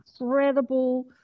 incredible